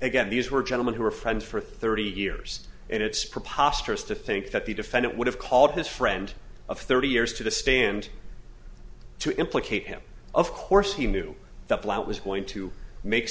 again these were gentlemen who were friends for thirty years and it's preposterous to think that the defendant would have called his friend of thirty years to the stand to implicate him of course he knew the plot was going to make